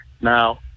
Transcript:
Now